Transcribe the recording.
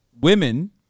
women